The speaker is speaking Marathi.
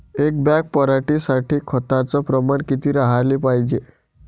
एक बॅग पराटी साठी खताचं प्रमान किती राहाले पायजे?